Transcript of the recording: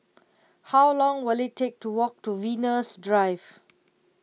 how long will it take to walk to Venus Drive